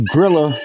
Grilla